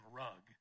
rug